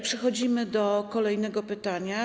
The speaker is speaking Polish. Przechodzimy do kolejnego pytania.